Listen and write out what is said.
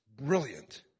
brilliant